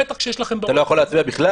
בטח כשיש לכם -- אתה לא יכול להצביע בכלל.